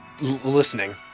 listening